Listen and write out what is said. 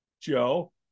Joe